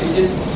is